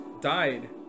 died